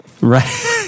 right